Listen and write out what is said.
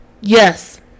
Yes